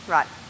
Right